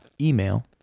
email